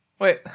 Wait